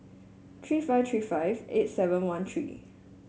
three five three five eight seven one three